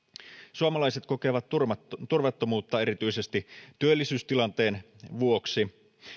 suomalaiset kokevat turvattomuutta turvattomuutta erityisesti työllisyystilanteen vuoksi